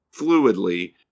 fluidly